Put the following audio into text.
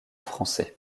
français